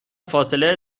فاصله